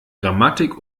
grammatik